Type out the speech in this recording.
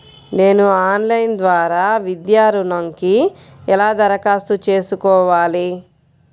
నేను ఆన్లైన్ ద్వారా విద్యా ఋణంకి ఎలా దరఖాస్తు చేసుకోవాలి?